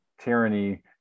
tyranny